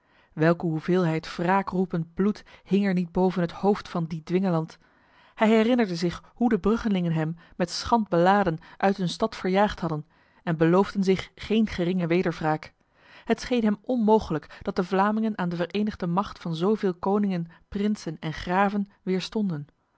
welke hoeveelheid wraakroepend bloed hing er niet boven het hoofd van die dwingeland hij herinnerde zich hoe de bruggelingen hem met schand beladen uit hun stad verjaagd hadden en beloofde zich geen geringe wederwraak het scheen hem onmogelijk dat de vlamingen aan de verenigde macht van zoveel koningen prinsen en graven